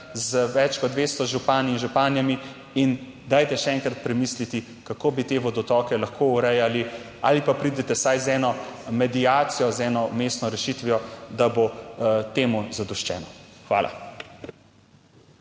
z več kot 200 župani in županjami in dajte še enkrat premisliti, kako bi te vodotoke lahko urejali, ali pa pridite vsaj z eno mediacijo, z eno vmesno rešitvijo, da bo temu zadoščeno. Hvala.